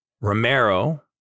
Romero